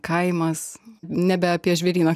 kaimas nebe apie žvėryną